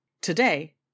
Today